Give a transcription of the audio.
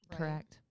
Correct